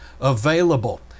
available